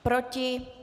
Proti?